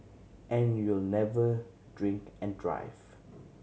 and you'll never drink and drive